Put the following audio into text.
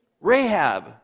Rahab